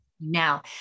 now